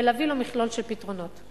ויביאו לו מכלול של פתרונות.